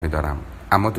میدارم، اماتو